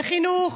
בחינוך,